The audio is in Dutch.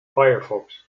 firefox